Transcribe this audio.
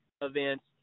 events